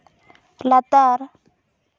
ᱞᱟᱛᱟᱨ